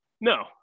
No